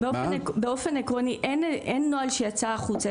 באופן עקרוני אין נוהל שיצא החוצה,